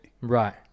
Right